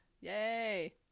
Yay